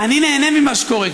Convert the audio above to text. אני נהנה ממה שקורה,